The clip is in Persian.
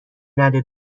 نده